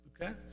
Okay